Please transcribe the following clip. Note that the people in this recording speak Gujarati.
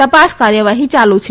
તપાસ કાર્યવાહી યાલુ છે